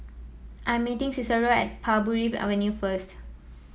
I am meeting Cicero at Parbury Avenue first